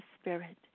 Spirit